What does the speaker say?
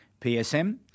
PSM